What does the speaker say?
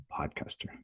podcaster